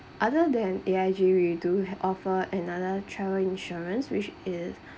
other than A_I_G we do offer another travel insurance which is